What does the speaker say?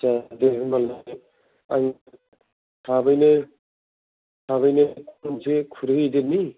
दे दे होनबालाय आं थाबैनो मोनसे खुरहो हैग्रोनि